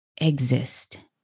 exist